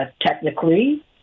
technically